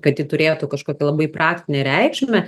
kad ji turėtų kažkokią labai praktinę reikšmę